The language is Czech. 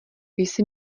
jsi